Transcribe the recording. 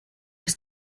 ist